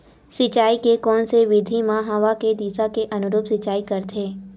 सिंचाई के कोन से विधि म हवा के दिशा के अनुरूप सिंचाई करथे?